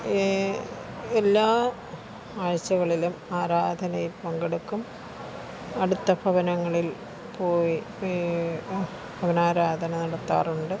ഈ എല്ലാ ആഴ്ചകളിലും ആരാധനയിൽ പങ്കെടുക്കും അടുത്ത ഭവനങ്ങളിൽ പോയി ഈ ഭവനാരാധന നടത്താറുണ്ട്